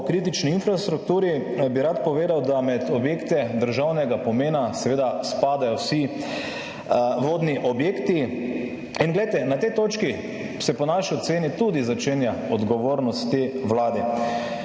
kritični infrastrukturi, bi rad povedal, da med objekte državnega pomena seveda spadajo vsi vodni objekti in glejte, na tej točki se po naši oceni tudi začenja odgovornost te Vlade.